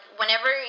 whenever